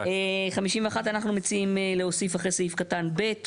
51. 51. אנחנו מציעים להוסיף אחרי סעיף קטן (ב).